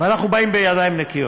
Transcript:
ואנחנו באים בידיים נקיות,